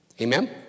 Amen